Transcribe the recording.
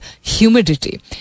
humidity